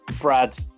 Brad